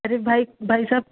अरे भाई भाई साहब